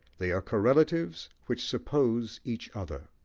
they are correlatives which suppose each other.